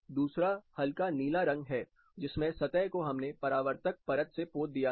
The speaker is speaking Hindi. दूसरा हल्का नीला रंग है जिसमें सतह को हमने परावर्तक परत से पोत दिया है